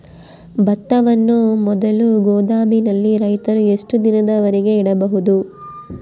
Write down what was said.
ಭತ್ತವನ್ನು ಮೊದಲು ಗೋದಾಮಿನಲ್ಲಿ ರೈತರು ಎಷ್ಟು ದಿನದವರೆಗೆ ಇಡಬಹುದು?